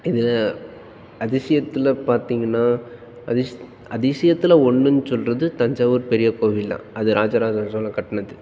இது அதிசயத்தில் பார்த்திங்கன்னா அதிஸ் அதிசயத்தில் ஒன்றுன்னு சொல்கிறது தஞ்சாவூர் பெரிய கோவில் தான் அது ராஜராஜ சோழன் கட்டினது